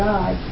God